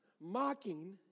Mocking